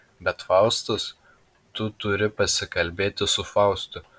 bet faustas tu turi pasikalbėti su faustu